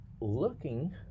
looking